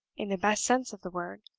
in the best sense of the word.